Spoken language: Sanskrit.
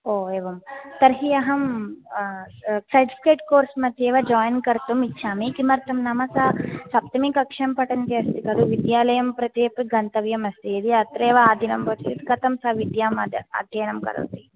ओ एवं तर्हि अहं सर्टिफ़िकेट् कोर्स् मध्ये एव जायिन् कर्तुम् इच्छामि किमर्थं नाम सा सप्तमीकक्षां पठन्ती अस्ति खलु विद्यालयं प्रति अपि गन्तव्यमस्ति यदि अत्रैव आदिनं भवति चेत् कतं सा विद्याम् अध्ययनं करोति